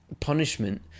punishment